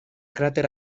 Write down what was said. cráter